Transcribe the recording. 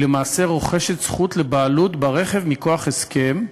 היא למעשה רוכשת זכות לבעלות ברכב מכוח הסכם,